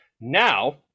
Now